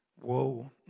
Whoa